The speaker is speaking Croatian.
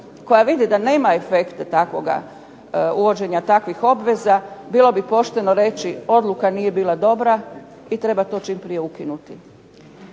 koja vidi da nema efekte takvoga uvođenja takvih obveza, bilo bi pošteno reći odluka nije bila dobra i treba to čim prije ukinuti.